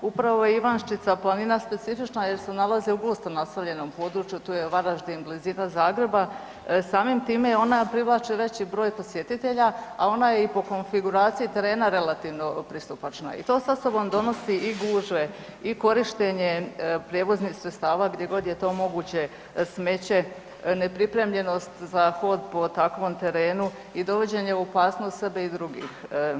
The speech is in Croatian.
Upravo je Ivanščica planina specifična jer se nalazi u gusto naseljenom području, tu je Varaždin, blizina Zagreba, samim time ona privlači veći broj posjetitelja, a ona je i po konfiguraciji terena relativno pristupačna i to sa sobom donosi i gužve i korištenje prijevoznih sredstava gdje god je to moguće, smeće, nepripremljenost za hod po takvom terenu i dovođenje u opasnost sebe i drugih.